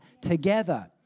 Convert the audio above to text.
together